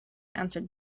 answered